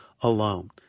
alone